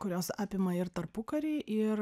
kurios apima ir tarpukarį ir